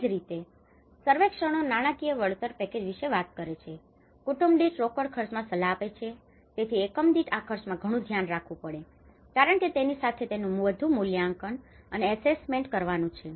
એ જ રીતે સર્વેયરો surveyor સર્વેક્ષણો નાણાકીય વળતર પેકેજ વિશે વાત ક રેછે કુટુંબદીઠ રોકડ ખર્ચમાં સલાહ આપે છે તેથી એકમદીઠ આ ખર્ચમાં ઘણું ધ્યાન રાખવું પડે છે કારણકે તેની સાથે તેનું વધુ મૂલ્યાંકન અને ઍસેસમેન્ટ assessment મૂલ્ય આંકણી કરવાનું છે